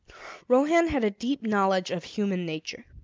rohan had a deep knowledge of human nature.